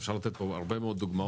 אפשר לתת פה הרבה מאוד דוגמאות.